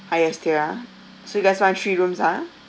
highest tier ah so you guys want three rooms ah